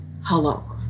hello